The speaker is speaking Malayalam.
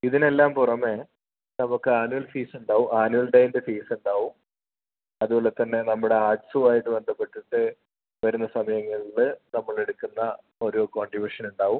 ഇതിനെല്ലാം പുറമേ നമുക്ക് ആനുവൽ ഫീസ് ഉണ്ടാവും ആനുവൽ ഡേ ടെ ഫീസ് ഉണ്ടാവും അതുപോലെ തന്നെ നമ്മുടെ ആർട്സും ആയി ബന്ധപ്പെട്ട് വരുന്ന സമയങ്ങളില് നമ്മൾ എടുക്കുന്ന ഒരു കോൺട്രിബ്യുഷൻ ഉണ്ടാവും